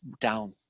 down